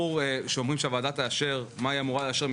כשאומרים שהוועדה תאשר לא ברור מה היא אמורה לאשר.